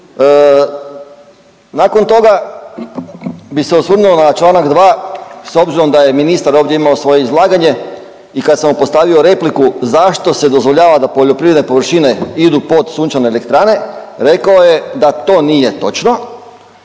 Nakon toga bi se osvrnuo na čl. 2. s obzirom da je ministar ovdje imao svoje izlaganje i kad sam mu postavio repliku zašto se dozvoljava da poljoprivredne površine idu pod sunčane elektrane rekao je da to nije točno